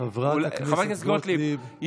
חברת הכנסת גוטליב.